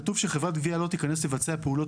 כתוב ש"חברת גבייה לא תיכנס לבצע פעולות